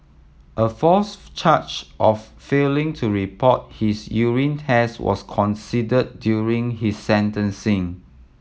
a fourth charge of failing to report his urine test was considered during his sentencing